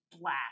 black